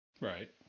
right